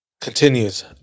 continues